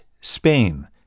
Spain